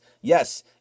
yes